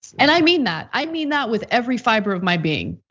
and i mean that, i mean that with every fiber of my being.